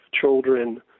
children